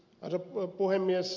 arvoisa puhemies